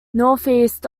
northeast